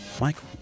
Michael